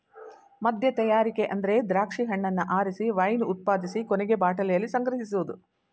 ಮದ್ಯತಯಾರಿಕೆ ಅಂದ್ರೆ ದ್ರಾಕ್ಷಿ ಹಣ್ಣನ್ನ ಆರಿಸಿ ವೈನ್ ಉತ್ಪಾದಿಸಿ ಕೊನೆಗೆ ಬಾಟಲಿಯಲ್ಲಿ ಸಂಗ್ರಹಿಸೋದು